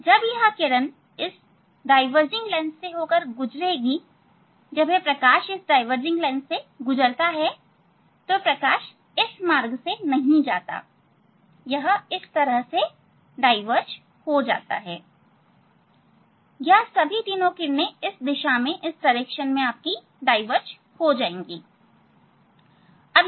जब यह किरण इस डायवर्जनिंग लेंस से होकर गुजरेगी जब यह प्रकाश डाईवर्जिंग लेंस से गुजरता है तो प्रकाश इस मार्ग से नहीं जाता यह इस तरह डाईवर्ज हो जाता है यह सभी तीनों किरणें इस दिशा में डाईवर्ज हो जाएंगी